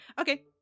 okay